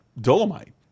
Dolomite